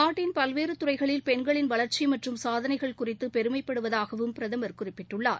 நாட்டின் பல்வேறு துறைகளில் பெண்களின் வளர்ச்சி மற்றும் சாதனைகள் குறித்து பெருமைப்படுவதாகவும் பிரதமர் குறிப்பிட்டுள்ளார்